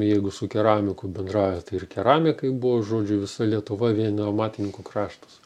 jeigu su keramiku bendrauja tai ir keramikai buvo žodžiu visa lietuva vien amatininkų kraštas